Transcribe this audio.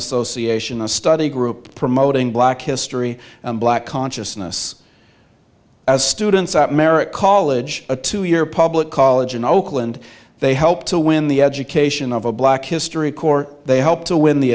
association a study group promoting black history and black consciousness as students at merritt college a two year public college in oakland they helped to win the education of a black history corps they helped to win the